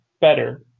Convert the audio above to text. better